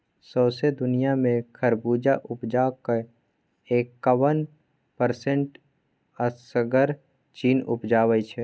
सौंसे दुनियाँ मे खरबुज उपजाक एकाबन परसेंट असगर चीन उपजाबै छै